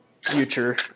future